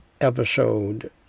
episode